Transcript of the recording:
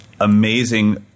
amazing